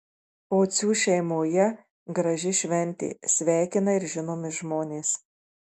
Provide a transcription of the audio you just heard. pocių šeimoje graži šventė sveikina ir žinomi žmonės